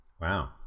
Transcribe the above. Wow